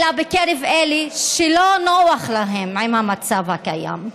אלא בקרב אלה שלא נוח להם עם המצב הקיים.